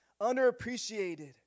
underappreciated